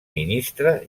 ministre